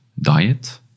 diet